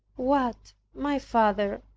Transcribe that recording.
what! my father,